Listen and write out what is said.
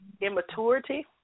immaturity